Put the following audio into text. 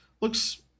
looks